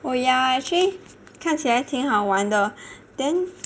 oh yeah actually 看起来挺好玩的 then